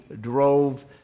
drove